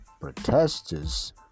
protesters